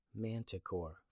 manticore